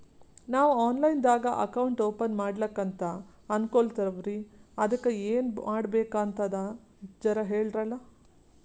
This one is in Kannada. ನಾವು ಆನ್ ಲೈನ್ ದಾಗ ಅಕೌಂಟ್ ಓಪನ ಮಾಡ್ಲಕಂತ ಅನ್ಕೋಲತ್ತೀವ್ರಿ ಅದಕ್ಕ ಏನ ಮಾಡಬಕಾತದಂತ ಜರ ಹೇಳ್ರಲ?